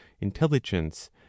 intelligence